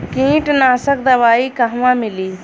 कीटनाशक दवाई कहवा मिली?